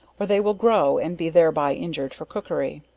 or they will grow and be thereby injured for cookery.